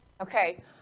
Okay